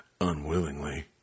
unwillingly